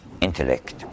intellect